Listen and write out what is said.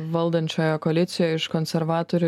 valdančiojoje koalicijoje iš konservatorių